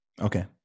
okay